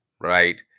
Right